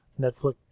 Netflix